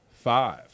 Five